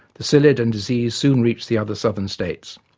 the psyllid and disease soon reached the other southern states.